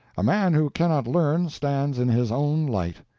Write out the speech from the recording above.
a man who cannot learn stands in his own light.